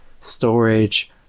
storage